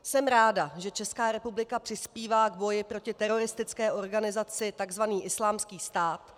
Jsem ráda, že Česká republika přispívá k boji proti teroristické organizaci takzvaný Islámský stát.